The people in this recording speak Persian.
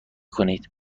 کنید